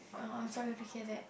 uh I'm sorry to hear that